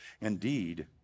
Indeed